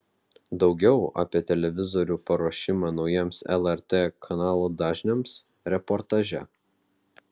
daugiau apie televizorių paruošimą naujiems lrt kanalų dažniams reportaže